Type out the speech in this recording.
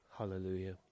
Hallelujah